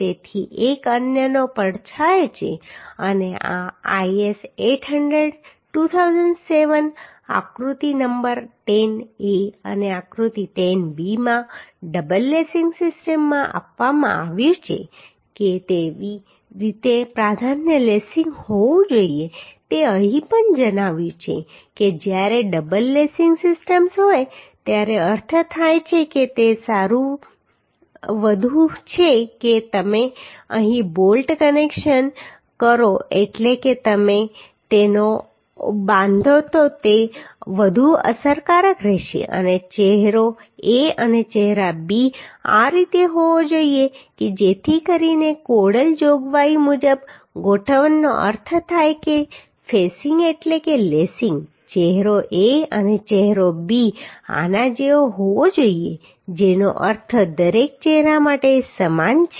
તેથી એક અન્યનો પડછાયો છે અને આ IS 800 2007 આકૃતિ નંબર 10A અને આકૃતિ 10B માં ડબલ લેસિંગ સિસ્ટમમાં આપવામાં આવ્યું છે કે કેવી રીતે પ્રાધાન્ય લેસિંગ હોવું જોઈએ તે અહીં પણ જણાવ્યું છે કે જ્યારે ડબલ લેસિંગ સિસ્ટમ્સ હોય ત્યારે અર્થ થાય છે તે વધુ સારું છે કે તમે અહીં બોલ્ટ કનેક્શન કરો એટલે કે તમે તેને બાંધો તો તે વધુ અસરકારક રહેશે અને ચહેરો A અને ચહેરો B આ રીતે હોવો જોઈએ જેથી કરીને કોડલ જોગવાઈ મુજબ ગોઠવણનો અર્થ થાય કે ફેસિંગ એટલે કે લેસિંગ ચહેરો A અને ચહેરો B આના જેવો હોવો જોઈએ જેનો અર્થ દરેક ચહેરા માટે સમાન છે